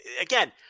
again